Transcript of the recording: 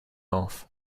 off